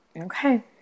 Okay